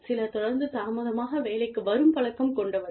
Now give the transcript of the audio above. சிலர் தொடர்ந்து தாமதமாக வேலைக்கு வரும் பழக்கம் கொண்டவர்கள்